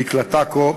דקלה טקו,